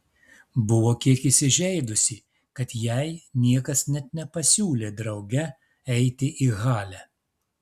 buvo kiek įsižeidusi kad jai niekas net nepasiūlė drauge eiti į halę